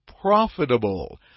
profitable